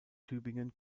tübingen